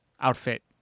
outfit